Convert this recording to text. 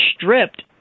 stripped